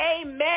Amen